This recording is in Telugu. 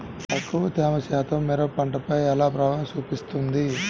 తక్కువ తేమ శాతం మిరప పంటపై ఎలా ప్రభావం చూపిస్తుంది?